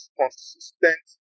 consistent